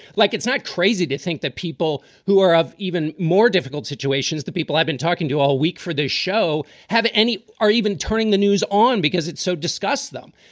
like it's not crazy to think that people who are of even more difficult situations, the people i've been talking to all week for this show haven't any are even turning the news on because it's so discuss them.